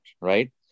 right